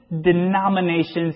denominations